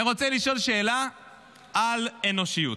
אני רוצה לשאול שאלה על אנושיות: